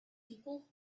people